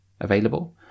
available